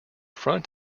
front